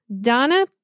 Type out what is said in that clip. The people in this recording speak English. Donna